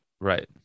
Right